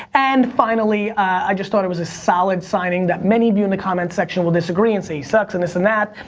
and, finally, i just thought it was a solid signing that many of you in the comments section will disagree and say he sucks and this and that,